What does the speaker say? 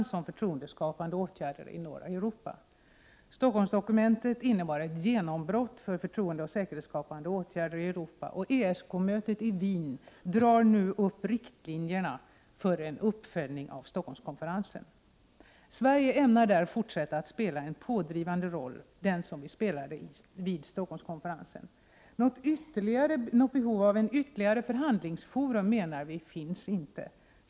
Stockholmsdokumentet innebar ett genombrott för förtroendeoch säkerhetsskapande åtgärder i Europa. ESK-mötet i Wien drar nu upp riktlinjerna för en uppföljning av Stockholmskonferensen. Sverige ämnar där fortsätta att spela den pådrivande roll vi spelade i Stockholmskonferensen. Något behov av ytterligare ett förhandlingsforum finns inte.